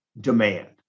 demand